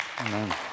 Amen